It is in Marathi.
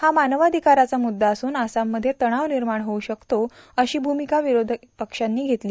हा मानवाधिकाराचा मुद्दा असून आसाममध्ये तणाव निर्माण होऊ शकतो अशी भूमिका विरोधी पक्षांनी घेतली